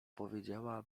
powiedziała